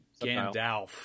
Gandalf